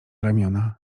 ramiona